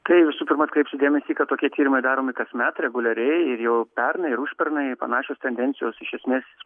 tai visų pirma atkreipsiu dėmesį kad tokie tyrimai daromi kasmet reguliariai ir jau pernai ir užpernai panašios tendencijos iš esmės